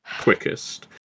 quickest